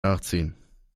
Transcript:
nachziehen